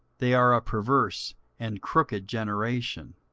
they are a perverse and crooked generation.